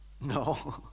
No